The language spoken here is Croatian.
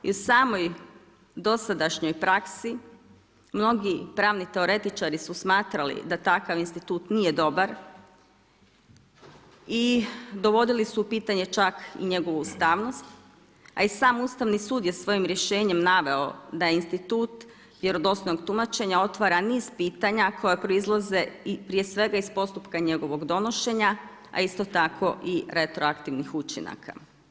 I u samoj dosadašnjoj praksi mnogi pravni teoretičari su smatrali da takav institut nije dobar i dovodili su u pitanje čak i njegovu ustavnost, a i sam Ustavni sud je svojim rješenjem naveo da institut vjerodostojnog tumačenja otvara niz pitanja koja proizlaze prije svega iz postupka njegovog donošenja, a isto tako i retroaktivnih učinaka.